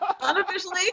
Unofficially